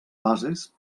bases